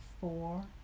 four